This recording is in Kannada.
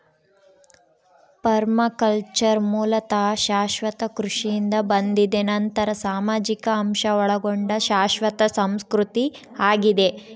ಪರ್ಮಾಕಲ್ಚರ್ ಮೂಲತಃ ಶಾಶ್ವತ ಕೃಷಿಯಿಂದ ಬಂದಿದೆ ನಂತರ ಸಾಮಾಜಿಕ ಅಂಶ ಒಳಗೊಂಡ ಶಾಶ್ವತ ಸಂಸ್ಕೃತಿ ಆಗಿದೆ